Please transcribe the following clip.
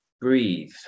breathe